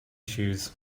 shoes